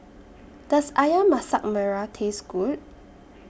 Does Ayam Masak Merah Taste Good